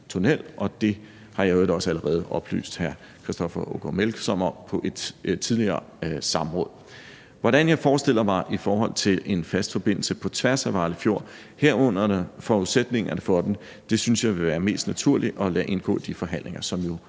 tunnel, og det har jeg i øvrigt også allerede oplyst hr. Christoffer Aagaard Melson om på et tidligere samråd. Hvordan jeg forestiller mig det i forhold til en fast forbindelse på tværs af Vejle Fjord, herunder forudsætningerne for den, synes jeg vil være mest naturligt at lade indgå i de forhandlinger, som jo